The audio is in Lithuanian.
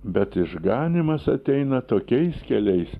bet išganymas ateina tokiais keliais